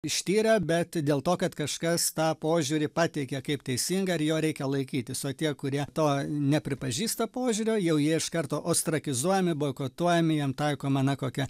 ištyrę bet dėl to kad kažkas tą požiūrį pateikė kaip teisingą ir jo reikia laikytis o tie kurie to nepripažįsta požiūrio jau jie iš karto ostrakizuojami boikotuojami jiem taikoma na kokia